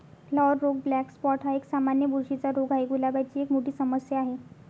flower रोग black spot हा एक, सामान्य बुरशीचा रोग आहे, गुलाबाची एक मोठी समस्या आहे